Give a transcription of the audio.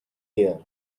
here